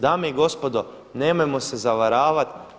Dame i gospodo, nemojmo se zavaravati.